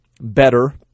better